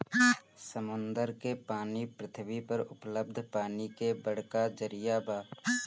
समुंदर के पानी पृथ्वी पर उपलब्ध पानी के बड़का जरिया बा